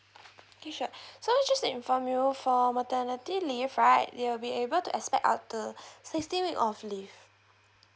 okay sure so just inform you for maternity leave right you will be able to expect uh the sixteen week of leave